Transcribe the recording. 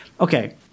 Okay